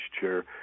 chair